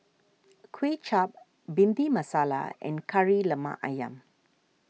Kway Chap Bhindi Masala and Kari Lemak Ayam